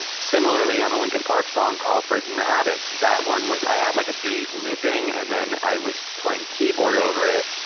similarly on a linkin park song called breaking the habit, that one was i had like a beat looping, and then i was playing keyboard over it,